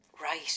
Right